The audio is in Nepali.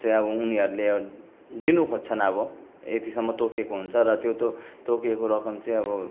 चाहिँ अब उनीहरूले दिनु खोज्छन् अब यतिसम्म तोकिएको हुन्छ र त्यो त्योे तोकिएको रकम चाहिँ अब